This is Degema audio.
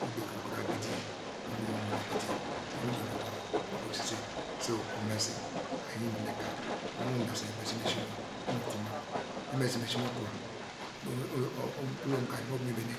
Ude ka ukum ta gidi inum nu wor mu wane gidia, ina nu me duko mam mi gua duko sise iso umesi ka iyin inum nu ikar owey mo mese umesi mu esi mo tua dor ovulom ka imovu nu mi mene